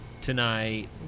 tonight